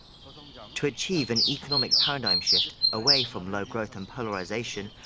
to so and um to achieve an economic paradigm shift, away from low-growth and polarisation,